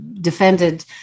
defended